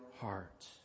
heart